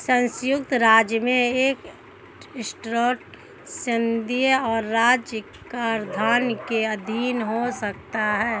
संयुक्त राज्य में एक ट्रस्ट संघीय और राज्य कराधान के अधीन हो सकता है